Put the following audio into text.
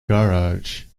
garage